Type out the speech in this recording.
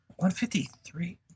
153